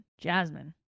Jasmine